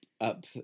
up